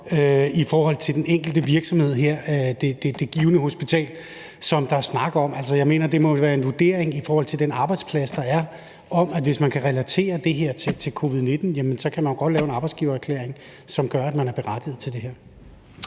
i forhold til den enkelte virksomhed her, altså det givne hospital, som der er snak om. Jeg mener, at det vel må være en vurdering i forhold til den arbejdsplads, der er, om, at hvis man kan relatere det her til covid-19, kan der godt laves en arbejdsgivererklæring, som gør, at man er berettiget til det her.